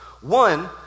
One